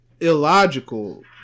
illogical